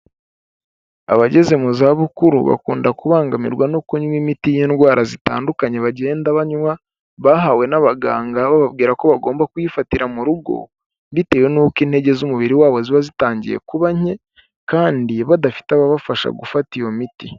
Abageze mu zabukuru bakunda kubangamirwa no kunywa imiti y'indwara zitandukanye bagenda banywa, bahawe n'abaganga bababwira ko bagomba kuyifatira mu rugo, bitewe n'uko intege z'umubiri wabo ziba zitangiye kuba nke kandi badafite ababafasha gufata iyo miti.